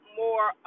more